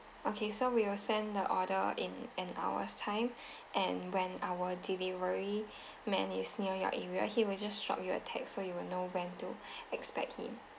okay so we will send the order in an hour's time and when our delivery man is near your area he will just drop you a text so you will know when to expect him